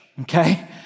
okay